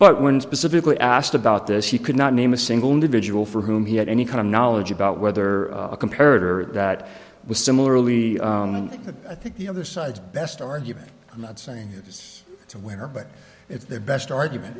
but when specifically asked about this he could not name a single individual for whom he had any kind of knowledge about whether a comparative or that was similarly i think the other side's best argument i'm not saying it was so where but if their best argument